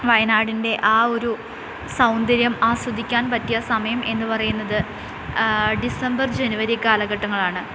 വയനാടിൻ്റെ ആ ഒരു സൗന്ദര്യം ആസ്വദിക്കാൻ പറ്റിയ സമയം എന്നുപറയുന്നത് ആ ഡിസംബർ ജനുവരി കാലഘട്ടങ്ങളാണ്